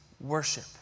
worship